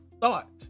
thought